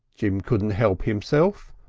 jim couldn't help himself.